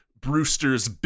brewster's